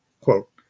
Quote